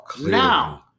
Now